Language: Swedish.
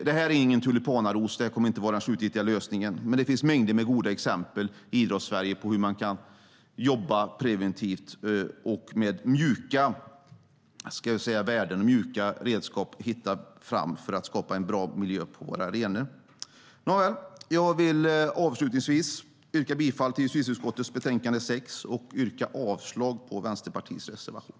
Det här är ingen tulipanaros och kommer inte att vara den slutgiltiga lösningen, men det finns mängder med goda exempel i Idrottssverige på hur man kan jobba preventivt och med mjuka värden och redskap hitta framåt för att skapa en bra miljö på våra arenor. Nåväl! Jag vill avslutningsvis yrka bifall till förslaget i justitieutskottets betänkande 6 och avslag på Vänsterpartiets reservation.